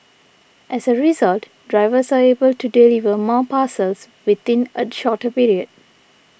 as a result drivers are able to deliver more parcels within a shorter period